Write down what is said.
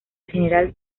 general